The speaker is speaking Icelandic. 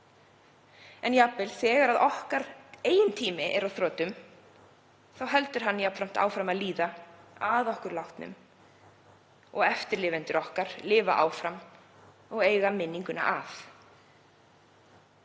En jafnvel þegar okkar eigin tími er á þrotum heldur hann áfram að líða, að okkur látnum. Eftirlifendur okkar lifa áfram og eiga minninguna að.